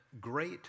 great